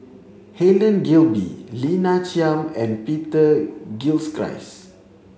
Helen Gilbey Lina Chiam and Peter Gilchrist